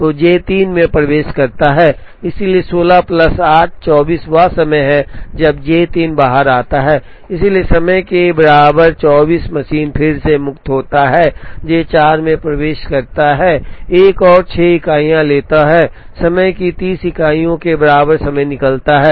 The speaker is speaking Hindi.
तो जे 3 में प्रवेश करता है इसलिए 16 प्लस 8 24 वह समय है जब जे 3 बाहर आता है इसलिए समय के बराबर 24 मशीन फिर से मुक्त होता है जे 4 में प्रवेश करता है एक और 6 इकाइयाँ लेता है समय की 30 इकाइयों के बराबर समय निकलता है